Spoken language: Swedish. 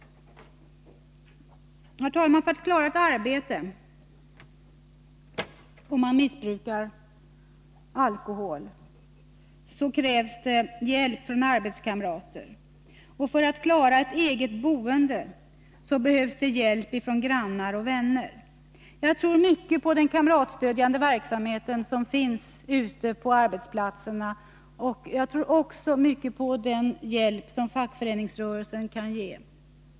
Herr talman! För att en person som missbrukar alkohol skall klara ett arbete krävs hjälp från arbetskamrater, och för att klara ett eget boende behövs hjälp från grannar och vänner. Jag tror mycket på den kamratstödjande verksamhet som finns ute på arbetsplatserna, och jag tror också mycket på den hjälp som fackföreningsrörelsen kan ge.